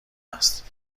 است